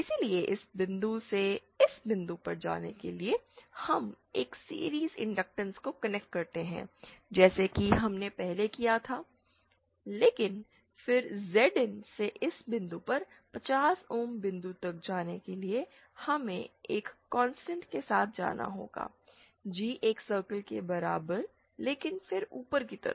इसलिए इस बिंदु से इस बिंदु पर जाने के लिए हम एक सीरीज़ इंडक्टटेंस को कनेक्ट करते हैं जैसा कि हमने पहले किया था लेकिन फिर Zin से इस बिंदु पर 50 ओम बिंदु तक जाने के लिए हमें एक कांस्टेंट के साथ जाना होगा G एक सर्कल के बराबर लेकिन फिर ऊपर की तरफ